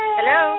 Hello